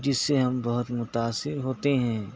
جس سے ہم بہت متأثر ہوتے ہیں